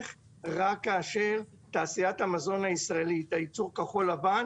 רק כאשר תעשיית המזון הישראלית בייצור כחול לבן